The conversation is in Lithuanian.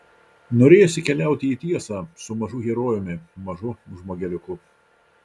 norėjosi keliauti į tiesą su mažu herojumi mažu žmogeliuku